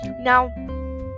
Now